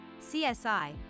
CSI